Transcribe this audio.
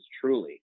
truly